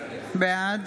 בעד